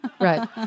Right